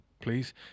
please